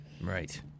Right